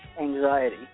anxiety